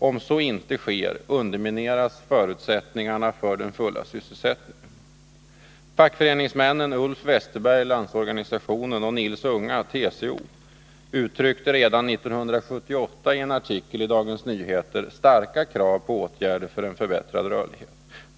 Om så inte sker undermineras förutsättningarna för den fulla sysselsättningen.” Fackföreningsmännen Ulf Westerberg, LO, och Nils Unga, TCO, uttryckte redan 1978 i en artikeli Dagens Nyheter starka krav på åtgärder för en förbättrad rörlighet.